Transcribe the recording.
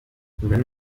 wenn